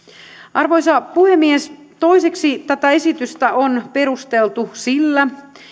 arvoisa puhemies toiseksi tätä esitystä on perusteltu sillä